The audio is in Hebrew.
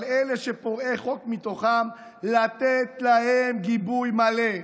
אבל אלה שהם פורעי חוק מתוכם, לתת להם גיבוי מלא.